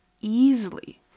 easily